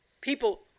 people